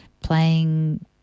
playing